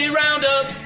roundup